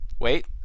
Wait